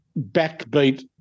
backbeat